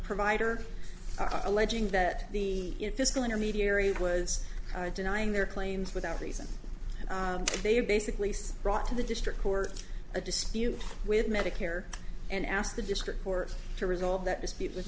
provider are alleging that the fiscal intermediary was denying their claims without reason they basically said brought to the district court a dispute with medicare and asked the district court to resolve the dispute with